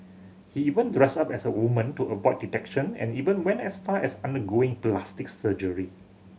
he even dressed up as a woman to avoid detection and even went as far as undergoing plastic surgery